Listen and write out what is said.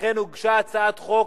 לכן הוגשה הצעת חוק